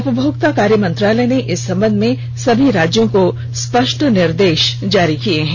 उपभोक्ता कार्य मंत्रालय ने इस संबंध में सभी राज्यों को स्पष्ट निर्देश जारी किए हैं